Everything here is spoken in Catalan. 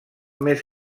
més